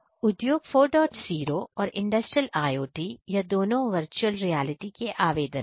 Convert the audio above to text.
उद्योग 40 और industrial IOT यह दोनों वर्चुअल रियलिटी के आवेदन हैं